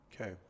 Okay